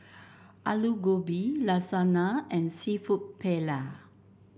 Alu Gobi Lasagna and seafood Paella